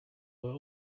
were